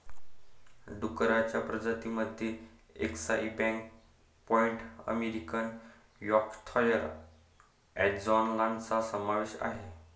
डुक्करांच्या प्रजातीं मध्ये अक्साई ब्लॅक पाईड अमेरिकन यॉर्कशायर अँजेलॉनचा समावेश आहे